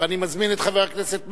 אני מזמין את חבר הכנסת מקלב,